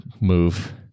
move